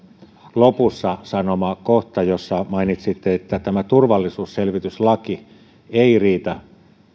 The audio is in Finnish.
lopussa sanoma kohta jossa mainitsitte että tämä turvallisuusselvityslaki ei riitä